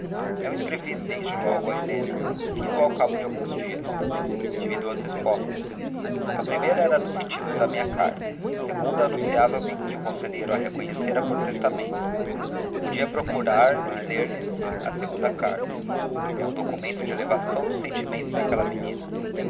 não escrevi desde logo a helena fi-lo ao cabo de alguns dias tive duas respostas a primeira era no sentido da minha carta a segunda anunciava me que o conselheiro a reconhecera por testamento podia procurar e lerlhes a segunda carta é um documento da elevação dos sentimentos daquela menina